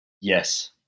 Yes